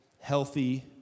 healthy